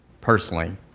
personally